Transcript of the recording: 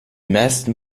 meisten